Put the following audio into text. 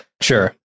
Sure